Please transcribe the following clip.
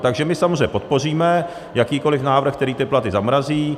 Takže my samozřejmě podpoříme jakýkoli návrh, který ty platy zamrazí.